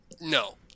No